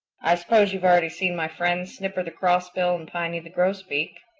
i suppose you've already seen my friends, snipper the crossbill and piny the grosbeak.